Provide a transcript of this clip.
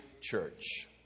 church